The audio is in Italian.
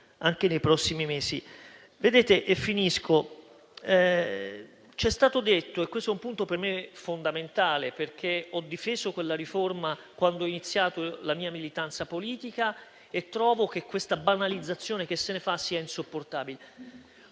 anche nei prossimi mesi. Infine - e questo è un punto per me fondamentale, perché ho difeso quella riforma quando ho iniziato la mia militanza politica e trovo che questa banalizzazione che se ne fa sia insopportabile